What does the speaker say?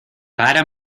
para